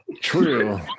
true